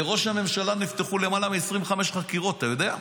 לראש הממשלה נפתחו למעלה מ-25 חקירות, אתה יודע?